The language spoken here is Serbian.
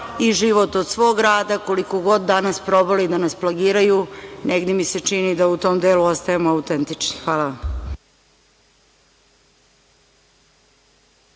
i život od svog rada. Koliko god danas probali da nas plagiraju, negde mi se čini da u tom delu ostajemo autentični. Hvala vam.